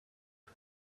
him